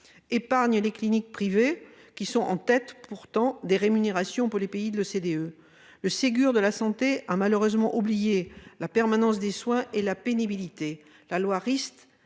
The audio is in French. épargne les cliniques privées, qui sont pourtant en tête des rémunérations pour les pays de l'OCDE. Le Ségur de la santé a malheureusement oublié la permanence des soins et la pénibilité. La loi Rist,